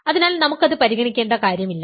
അതിനാൽ നമുക്കത് പരിഗണിക്കേണ്ട കാര്യമില്ല